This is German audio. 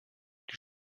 die